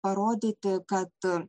parodyti kad